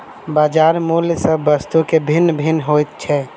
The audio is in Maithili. बजार मूल्य सभ वस्तु के भिन्न भिन्न होइत छै